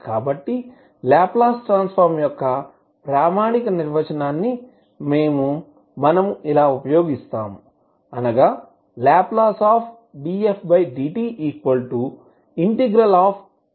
కాబట్టి Laplace transform యొక్క ప్రామాణిక నిర్వచనాన్ని మేము ఇలా ఉపయోగిస్తాము Ldfdt0 dfdte stdtఅవుతుంది